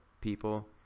people